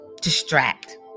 distract